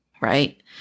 right